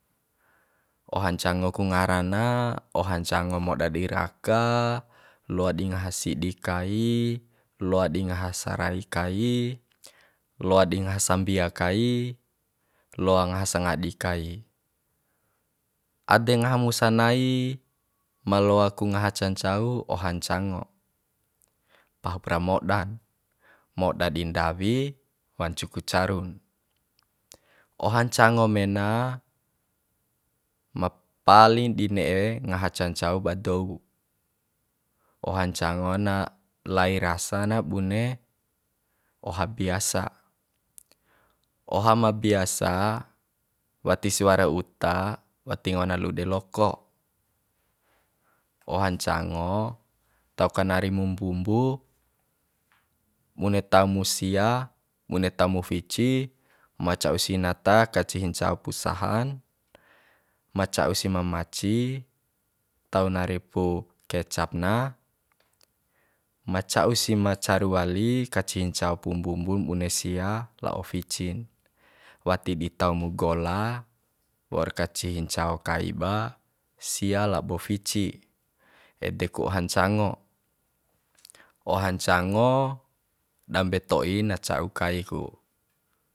Oha ncango ku ngara na oha ncango moda di raka loa di ngaha sidi kai loa di ngaha sarai kai loa di ngaha sambia kai loa ngaha sangadi kai ade ngaha mu sanai ma loaku ngaha ncacau oha ncango pahup ra modan moda di ndawi wancu ku carun oha ncango mena ma paling di ne'e ngaha cancau ba dou oha ncango na lai rasa na bune oha biasa oha ma biasa watis wara uta wati ngawan lu'u dei loko oha ncango tau kanari mu mbumbu bune tau mu sia bune tau mu fici ma causi nata kancihi ncao pu sahan ma ca'u si ma maci tau nari pu kecap na ma cau si ma caru wali kancihi ncao pu mbumbun bune sia la'o ficin wati di taumu gola waur kancihi ncao kaiba sia labo fici ede ku oha ncango oha ncango dambe to'i na ca'u kai ku